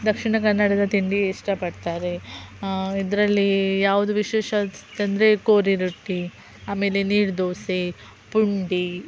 ದಕ್ಷಿಣ ಕನ್ನಡದ ತಿಂಡಿ ಇಷ್ಟಪಡ್ತಾರೆ ಇದರಲ್ಲಿ ಯಾವುದು ವಿಶೇಷತೆ ಅಂದ್ರೆ ಕೋರಿ ರೊಟ್ಟಿ ಆಮೇಲೆ ನೀರು ದೋಸೆ ಪುಂಡಿ